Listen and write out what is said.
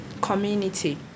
community